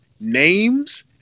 names